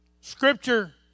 Scripture